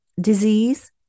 disease